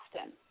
often